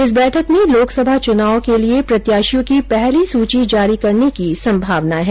इस बैठक में लोकसभा च्रनाव प्रत्याशियों की पहली सूची जारी करने की संभावना है